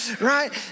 right